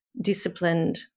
disciplined